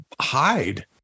hide